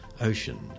Ocean